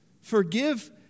forgive